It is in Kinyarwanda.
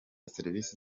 serivisi